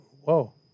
whoa